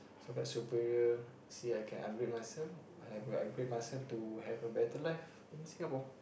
so called superior see I can upgrade myself I will upgrade myself to have a better life in Singapore